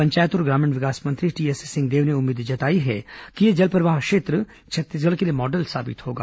पंचायत और ग्रामीण विकास मंत्री टीएस सिंहदेव ने उम्मीद जताई है कि ये जलप्रवाह क्षेत्र छत्तीसगढ़ के लिए मॉडल साबित होगा